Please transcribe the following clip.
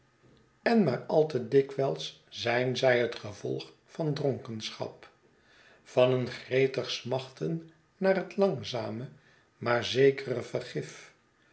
en maar al te dikwijls zijn zij het gevolg van dronkenschap van een gretig smachten naar het langzame maar zekere vergif